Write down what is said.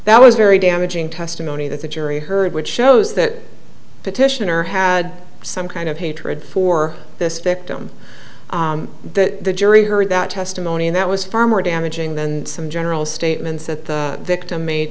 that was very damaging testimony that the jury heard which shows that petitioner had some kind of hatred for this victim that the jury heard that testimony and that was far more damaging than some general statements that the victim made